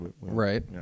Right